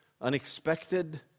Unexpected